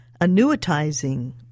annuitizing